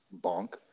bonk